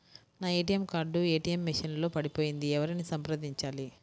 నా ATM card ATM machine లో పడిపోయింది ఎవరిని సంప్రదించాలి?